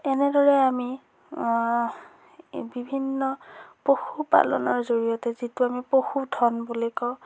তেনেদৰে আমি বিভিন্ন পশুপালনৰ জৰিয়তে যিটো আমি পশুধন বুলি কওঁ